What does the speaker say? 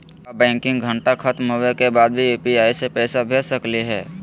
का बैंकिंग घंटा खत्म होवे के बाद भी यू.पी.आई से पैसा भेज सकली हे?